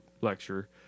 lecture